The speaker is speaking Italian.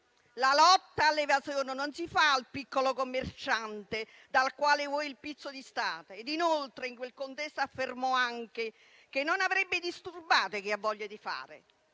la lotta all'evasione non si fa al piccolo commerciante, dal quale vuoi il pizzo di Stato? In quel contesto, inoltre, affermò anche che non avrebbe disturbato chi ha voglia di fare.